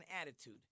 attitude